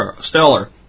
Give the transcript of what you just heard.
stellar